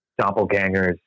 doppelgangers